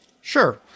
Sure